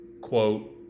quote